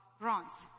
bronze